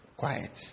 quiet